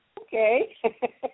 okay